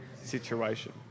situation